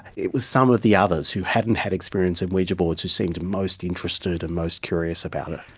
it was some of the others who hadn't had experience with ouija boards who seemed most interested and most curious about it.